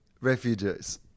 Refugees